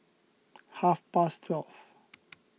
half past twelve